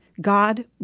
God